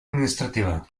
administrativa